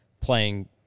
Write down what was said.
playing